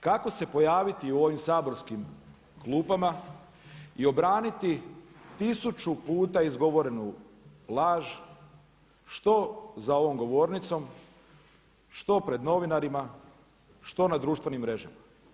Kako se pojaviti u ovim Saborskim klupama i obraniti 1000 puta izgovorenu laž, što za ovom govornicom, što pred novinarima, što na društvenim mrežama.